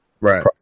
Right